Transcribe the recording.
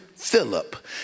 Philip